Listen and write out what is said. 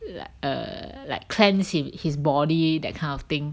like err like cleanse his body that kind of thing